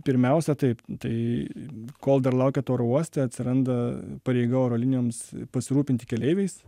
pirmiausia taip tai kol dar laukiat oro uoste atsiranda pareiga oro linijoms pasirūpinti keleiviais